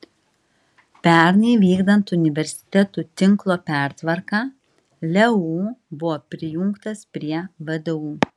pernai vykdant universitetų tinklo pertvarką leu buvo prijungtas prie vdu